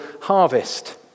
harvest